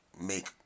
make